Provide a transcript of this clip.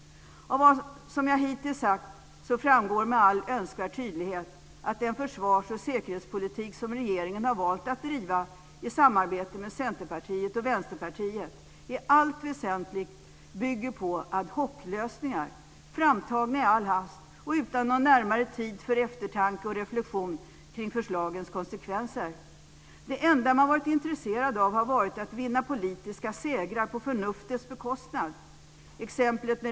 Av det jag hittills sagt framgår med all önskvärd tydlighet att den försvars och säkerhetspolitik som regeringen har valt att driva i samarbete med Centerpartiet och Vänsterpartiet i allt väsentligt bygger på ad hoc-lösningar framtagna i all hast och utan någon större tid till eftertanke och reflexion omkring förslagens konsekvenser. Det enda man har varit intresserad av har varit att vinna politiska segrar på förnuftets bekostnad.